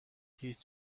هیچ